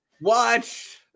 Watch